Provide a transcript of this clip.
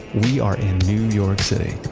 we are in new york city.